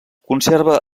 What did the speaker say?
conserva